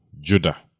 Judah